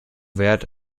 wert